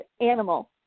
animal